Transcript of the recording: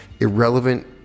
irrelevant